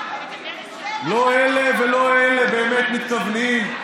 לא אלה ולא אלה באמת מתכוונים.